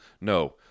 No